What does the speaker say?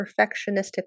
perfectionistic